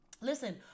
listen